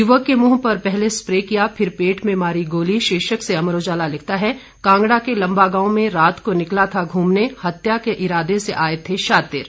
युवक के मुंह पर पहले स्प्रे किया फिर पेट में मारी गोली शीर्षक से अमर उजाला लिखता है कांगड़ा के लंबागांव में रात को निकला था घूमने हत्या के इरादे से आए थे शातिर